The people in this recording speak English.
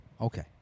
okay